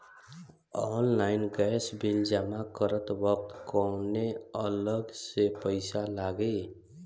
Online gas bill जमा करत वक्त कौने अलग से पईसा लागी?